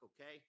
okay